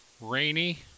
rainy